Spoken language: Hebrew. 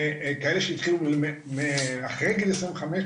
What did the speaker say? כאלה שהתחילו אחרי גיל עשרים וחמש,